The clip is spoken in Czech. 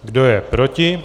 Kdo je proti?